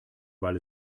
weil